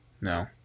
No